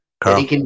Carl